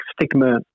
stigma